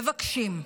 מבקשים,